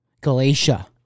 Galatia